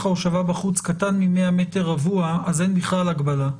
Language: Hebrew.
ההושבה בחוץ קטן מ-100 מטר רבוע אז אין בכלל הגבלה.